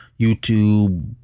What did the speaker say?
YouTube